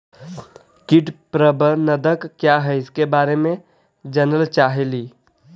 कीट प्रबनदक क्या है ईसके बारे मे जनल चाहेली?